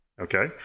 Okay